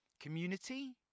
community